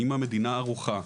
האם המדינה ערוכה?